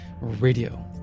Radio